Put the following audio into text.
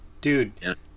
dude